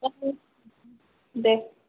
अ अ दे